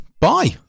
Bye